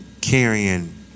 carrying